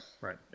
right